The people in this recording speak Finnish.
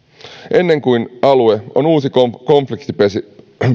ennen kuin alue on uusi konfliktipesäke